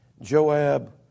Joab